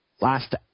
last